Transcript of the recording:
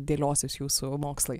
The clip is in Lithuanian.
dėliosis jūsų mokslai